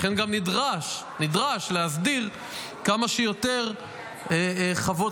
לכן גם נדרש להסדיר כמה שיותר חוות